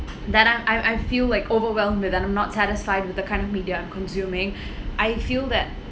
that I'm I'm I feel like overwhelmed with and I'm not satisfied with the current media I'm consuming I feel that